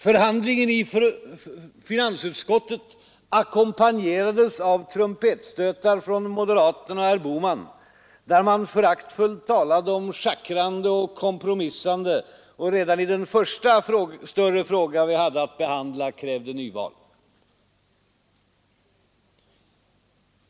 Förhandlingen i finansutskottet ackompanjerades av trumpetstötar från moderaterna och herr Bohman, där man föraktfullt talade om schackrande och kompromissande och redan i den första större fråga vi hade att behandla krävde nyval.